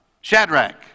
Shadrach